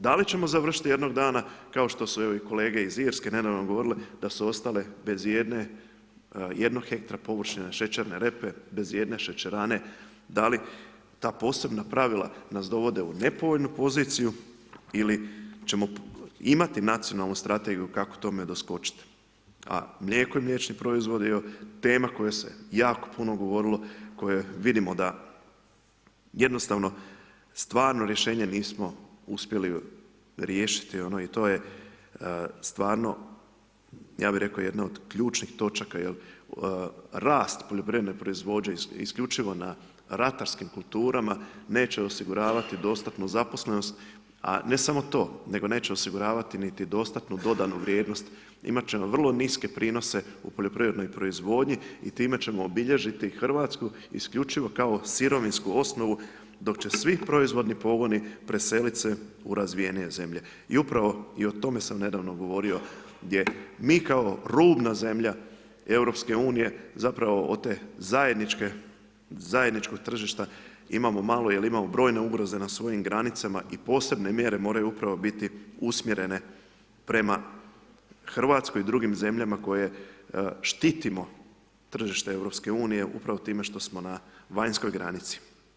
Da li ćemo završiti jednog dana kao što su i kolege iz Irske nedavno govorile da su ostale bez ijednog hektra površine šećerne repe, bez ijedne šećerane, da li ta posebna pravila nas dovode u nepovoljnu poziciju ili ćemo imati nacionalnu strategiju kako tome doskočiti a mlijeko i mliječni proizvodi, tema o kojoj se jako puno govorilo, o kojoj vidimo da jednostavno stvarno rješenje nismo uspjeli riješiti i to je stvarno ja bi rekao, jedno od ključnih točaka jer rast poljoprivredne proizvodnje isključivo na ratarskim kulturama, neće osiguravati dostatnu zaposlenost a ne samo to, nego neće osiguravati niti dostatnu dodanu vrijednost, imat ćemo vrlo niske prinose u poljoprivrednoj proizvodnji i time ćemo obilježiti Hrvatsku isključivo kao sirovinsku osnovu dok će svi proizvodni pogoni preselit se u razvijenije zemlje i upravo i o tome dam nedavno govorio gdje mi kao rubna zemlja EU-a zapravo od tog zajedničkog tržišta imamo malo jer imamo brojne ugroze na svojim granicama i posebne mjere moraju upravo biti usmjerene prema Hrvatskoj i drugim zemljama koje štitimo tržište EU-a upravo time što smo na vanjskoj granici.